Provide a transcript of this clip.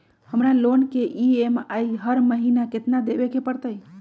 हमरा लोन के ई.एम.आई हर महिना केतना देबे के परतई?